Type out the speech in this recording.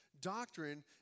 Doctrine